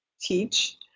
teach